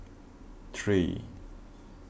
three